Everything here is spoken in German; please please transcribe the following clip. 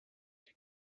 die